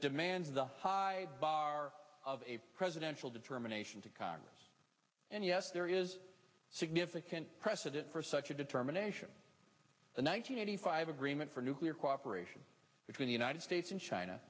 demands a high bar of a presidential determination to congress and yes there is significant precedent for such a determination the one hundred eighty five agreement for nuclear cooperation between the united states and china